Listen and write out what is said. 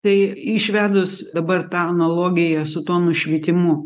tai išvedus dabar tą analogiją su tuo nušvitimu